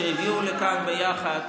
שהביאו לכאן ביחד,